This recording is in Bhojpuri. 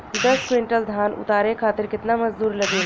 दस क्विंटल धान उतारे खातिर कितना मजदूरी लगे ला?